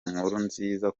nkurunziza